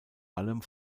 allem